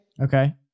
okay